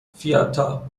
فیاتا